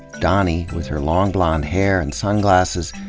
doni with her long blond hair and sunglasses,